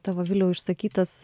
tavo viliau išsakytas